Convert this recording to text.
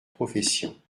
profession